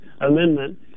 Amendment